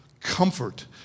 comfort